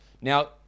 Now